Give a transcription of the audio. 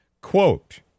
Quote